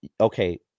Okay